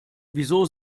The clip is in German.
wieso